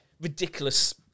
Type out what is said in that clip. ridiculous